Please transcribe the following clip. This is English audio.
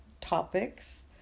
topics